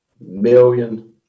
million